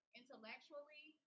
intellectually